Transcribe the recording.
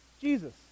jesus